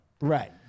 Right